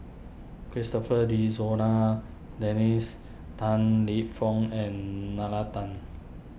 Christopher De Souza Dennis Tan Lip Fong and Nalla Tan